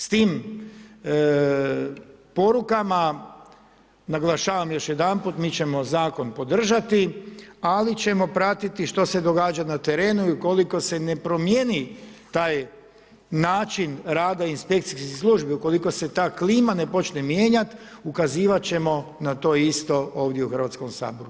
S tim, porukama naglašavam još jedanput, mi ćemo zakon podržati, ali ćemo pratiti što se dešava na terenu i ukoliko se ne promijeni taj način rada inspekcijske službe, ukoliko se ta klima ne počne mijenjati, ukazivati ćemo na to isto ovdje u Hrvatskom saboru.